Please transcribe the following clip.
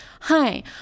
hi